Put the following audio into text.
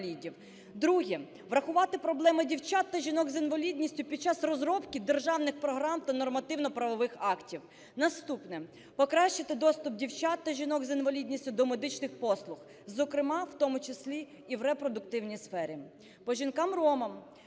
друге - врахувати проблеми дівчат та жінок з інвалідністю під час розробки державних програм та нормативно-правових актів. Наступне. Покращити доступ дівчат та жінок з інвалідністю до медичних послуг, зокрема, у тому числі і в репродуктивній сфері. По жінкам-ромам: